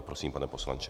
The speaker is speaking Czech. Prosím, pane poslanče.